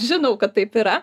žinau kad taip yra